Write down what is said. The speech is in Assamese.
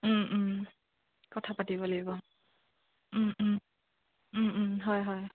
কথা পাতিব লাগিব হয় হয়